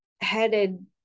headed